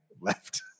left